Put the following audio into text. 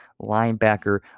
linebacker